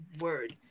word